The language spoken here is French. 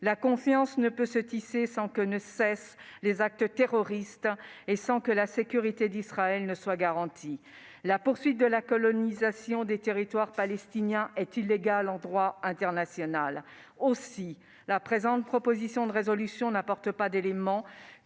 la confiance ne peut pas se tisser sans que cessent les actes terroristes et sans que la sécurité d'Israël soit garantie. Deuxièmement, la poursuite de la colonisation des territoires palestiniens est illégale en droit international. Aussi, la présente proposition de résolution n'apporte pas d'éléments